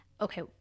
okay